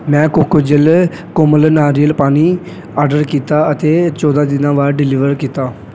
ਮੈਂ ਕੋਕੋਜਲ ਕੋਮਲ ਨਾਰੀਅਲ ਪਾਣੀ ਆਰਡਰ ਕੀਤਾ ਅਤੇ ਚੋਦ੍ਹਾਂ ਦਿਨਾਂ ਬਾਅਦ ਡਿਲੀਵਰ ਕੀਤਾ